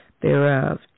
thereof